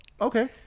okay